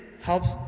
helps